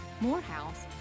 Morehouse